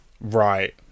Right